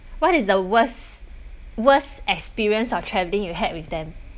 what is the worst worst experience of travelling you had with them